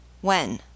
When